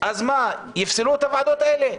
אז מה, יפסלו את הוועדות האלה?